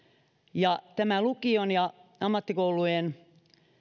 ja nämä lukion ja ammattikoulujen